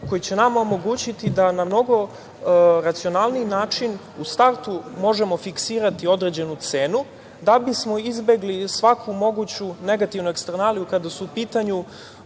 koji će nama omogućiti da na mnogo racionalniji način u startu možemo fiksirati određenu cenu da bismo izbegli svaku moguću negativnu ekstranaliju kada su u pitanju